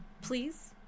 please